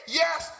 yes